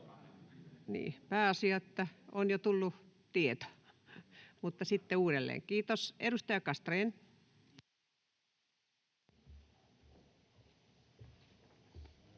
pääasia, että on jo tullut tieto, mutta sitten uudelleen. Kiitos. — Edustaja Castrén. Arvoisa